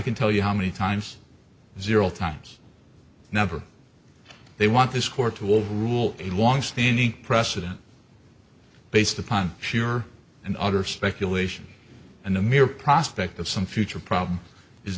can tell you how many times zero times never they want this court to overrule a longstanding precedent based upon sure and other speculation and the mere prospect of some future problem is